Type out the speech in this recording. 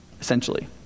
essentially